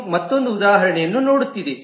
ಇದು ಮತ್ತೊಂದು ಉದಾಹರಣೆಯನ್ನು ನೋಡುತ್ತಿದ್ದೆ